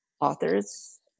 authors